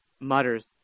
mutters